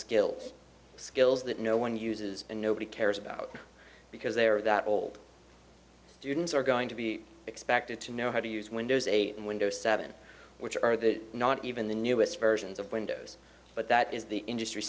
skills skills that no one uses and nobody cares about because they are that old students are going to be expected to know how to use windows eight and windows seven which are the not even the newest versions of windows but that is the industry